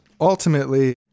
ultimately